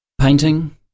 painting